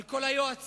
על כל היועצים,